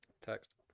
Text